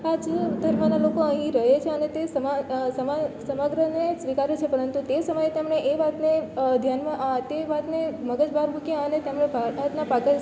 આ જ ધર્મના લોકો અહીં રહે છે અને તે સમગ્રને સ્વીકારે છે પરંતુ તે સમયે તમને એ વાતને ધ્યાનમાં તે વાતને મગજમાં મૂક્યા અને તેમણે ભારત ને પાકિ